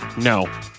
no